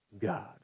God